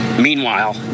Meanwhile